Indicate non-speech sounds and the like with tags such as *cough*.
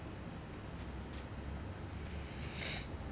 *breath*